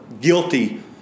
guilty